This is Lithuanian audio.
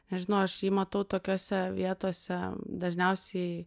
nežinau aš jį matau tokiose vietose dažniausiai